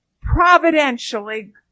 providentially